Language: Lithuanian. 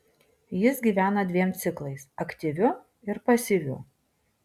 jis gyvena dviem ciklais aktyviu ir pasyviu